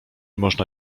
można